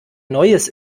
neues